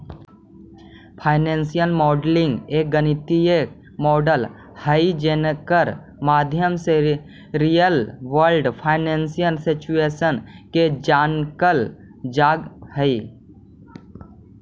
financial modelling एक गणितीय model हई जेकर माध्यम से रियल वर्ल्ड फाइनेंशियल सिचुएशन के जानल जा हई